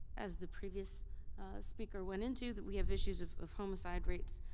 as the previous speaker went into that we have issues of of homicide rates,